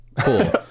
cool